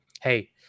hey